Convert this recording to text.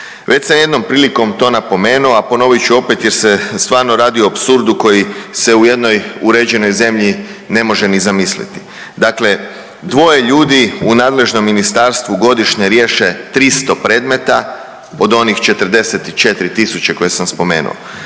Već sam jednom prilikom to napomenuo, a ponovit ću opet jer se stvarno radi o apsurdu koji se u jednoj uređenoj zemlji ne može ni zamisliti. Dakle, dvoje ljudi u nadležnom ministarstvu godišnje riješe 300 predmeta od onih 44 tisuće koje sam spomenuo.